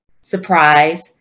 surprise